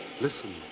Listen